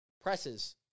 presses